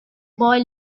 boy